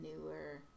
newer